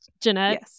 Jeanette